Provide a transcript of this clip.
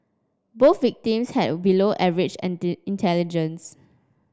both victims have below average intelligence